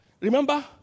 remember